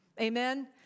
Amen